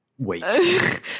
wait